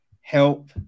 help